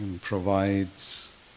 provides